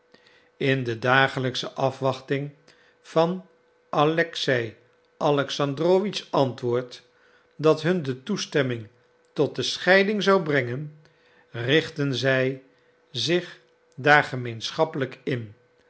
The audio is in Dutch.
in de dagelijksche afwachting van alexei alexandrowitsch antwoord dat hun de toestemming tot de scheiding zou brengen richtten zij zich daar gemeenschappelijk in